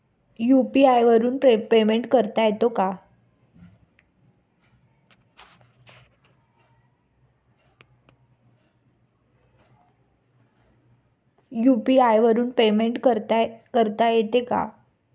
UPI वरून payment करता येते का?